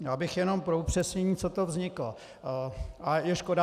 Já bych jenom pro upřesnění, co to vzniklo a je škoda...